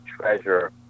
treasure